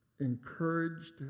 encouraged